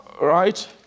Right